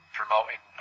promoting